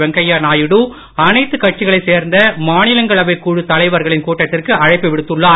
வெங்கையா நாயுடு அனைத்து கட்சிகளை சேர்ந்த மாநிலங்களவை குழு தலைவர்களின் கூட்டத்திற்கு அழைப்பு விடுத்துள்ளார்